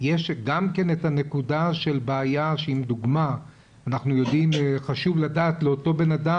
יש גם את הנקודה של בעיה שאם לדוגמה חשוב לאותו אדם לדעת,